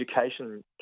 education